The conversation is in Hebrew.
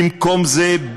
במקום זה,